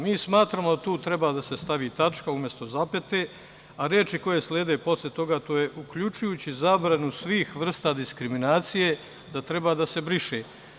Mi smatramo da tu treba da se stavi tačka umesto zapete, a reči koje slede posle toga, a to je: „uključujući zabranu svih vrsta diskriminacija“, da treba da se briše.